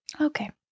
Okay